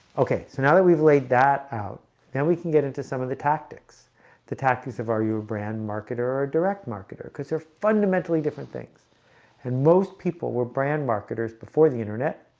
ok, so now that we've laid that out now we can get into some of the tactics the tactics of are you a brand marketer? or a direct marketer because they're fundamentally different things and most people were brand marketers before the internet,